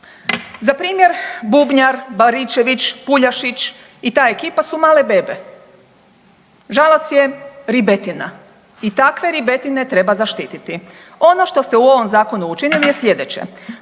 Za primjer bubnjar Baričević, Puljašić i ta ekipa su male bebe. Žalac je ribetina i takve ribetine treba zaštititi. Ono što ste u ovom zakonu učinili je sljedeće,